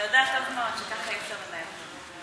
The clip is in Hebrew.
אתה יודע טוב מאוד שככה אי-אפשר לנהל את הדיון.